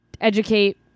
educate